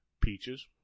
peaches